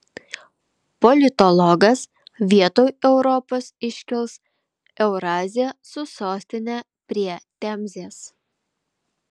politologas vietoj europos iškils eurazija su sostine prie temzės